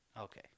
Okay